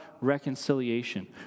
reconciliation